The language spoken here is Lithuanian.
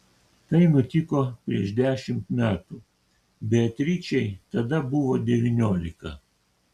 tai nutiko prieš dešimt metų beatričei tada buvo devyniolika